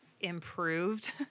improved